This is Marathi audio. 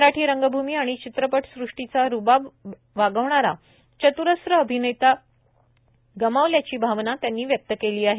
मराठी रंगभूमी आणि चित्रपट सृष्टीचा रूबाब वागवणारा चत्रस्र अभिनेता गमावल्याची भावना त्यांनी व्यक्त केली आहे